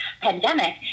pandemic